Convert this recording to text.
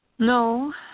No